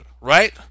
right